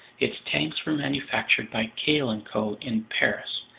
its tanks were manufactured by cail and co. in paris,